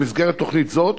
במסגרת תוכנית זו,